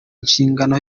inshingano